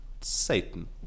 Satan